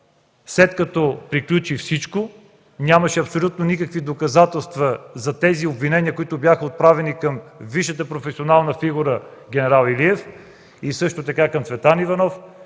След като приключи всичко, нямаше абсолютно никакви доказателства за обвиненията, които бяха отправени към висшата професионална фигура ген. Илиев, също така към Цветан Иванов.